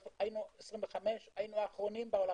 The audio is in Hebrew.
25, היינו האחרונים בעולם,